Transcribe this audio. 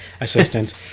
assistant